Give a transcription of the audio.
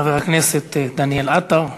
חבר הכנסת דניאל עטר,